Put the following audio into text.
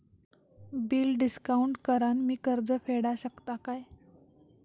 Bill discount करान मी कर्ज फेडा शकताय काय?